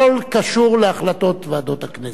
בכל הקשור להחלטות ועדות הכנסת.